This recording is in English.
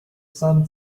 son